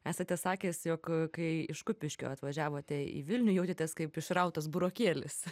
esate sakęs jog kai iš kupiškio atvažiavote į vilniuje jautėtės kaip išrautas burokėlis